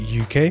UK